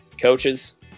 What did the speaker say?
Coaches